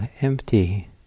empty